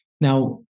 Now